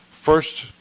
First